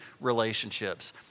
relationships